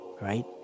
right